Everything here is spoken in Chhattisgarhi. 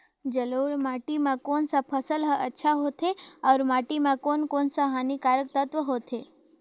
जलोढ़ माटी मां कोन सा फसल ह अच्छा होथे अउर माटी म कोन कोन स हानिकारक तत्व होथे?